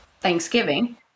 Thanksgiving